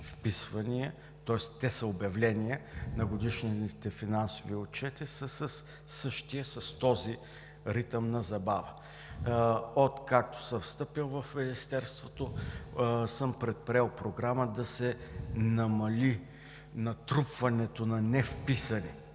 тоест те са обявления на годишните финансови отчети със същия този ритъм на забава. Откакто съм встъпил в Министерството, съм предприел програма да се намали натрупването на невписани